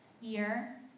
year